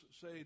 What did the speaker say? say